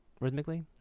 Rhythmically